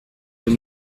deux